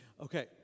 Okay